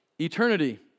eternity